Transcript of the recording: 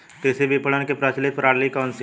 कृषि विपणन की प्रचलित प्रणाली कौन सी है?